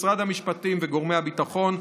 משרד המשפטים וגורמי הביטחון,